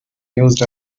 used